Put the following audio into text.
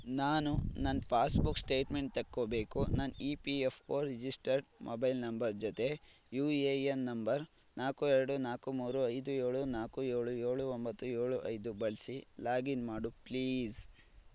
ನಾನು ನನ್ನ passbook statement ತೆಕ್ಕೋಬೇಕು ನನ್ನ E P F O registered mobile number ಜೊತೆ ಯು ಎ ಎನ್ ನಂಬರ್ ನಾಲ್ಕು ಎರಡು ನಾಲ್ಕು ಮೂರು ಐದು ಏಳು ನಾಲ್ಕು ಏಳು ಏಳು ಒಂಬತ್ತು ಏಳು ಐದು ಬಳಸಿ ಲಾಗಿನ್ ಮಾಡು ಪ್ಲೀಸ್